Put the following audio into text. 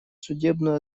судебную